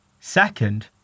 Second